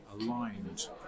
aligned